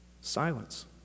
Silence